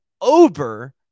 over